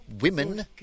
women